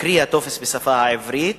קרי הטופס בשפה העברית,